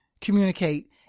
communicate